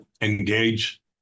engage